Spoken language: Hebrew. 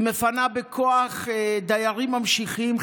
היא מפנה בכוח דיירים ממשיכים,